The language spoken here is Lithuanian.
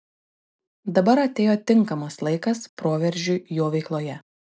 dabar atėjo tinkamas laikas proveržiui jo veikloje